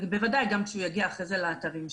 ובוודאי גם כשהוא יגיע אחרי זה לאתרים שלו.